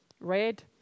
Red